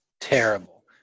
terrible